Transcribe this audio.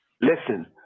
Listen